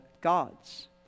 gods